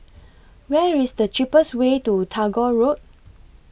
Where IS The cheapest Way to Tagore Road